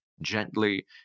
gently